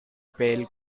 pale